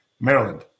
Maryland